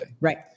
right